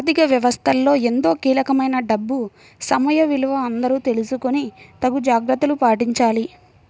ఆర్ధిక వ్యవస్థలో ఎంతో కీలకమైన డబ్బు సమయ విలువ అందరూ తెలుసుకొని తగు జాగర్తలు పాటించాలి